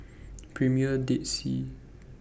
Premier Dead Sea